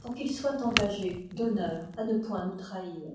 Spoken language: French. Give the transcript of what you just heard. pour qu'ils soient engagés d'honneur à ne point nous trahir